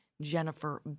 Jennifer